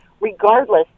Regardless